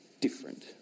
different